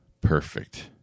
perfect